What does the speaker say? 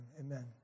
amen